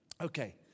Okay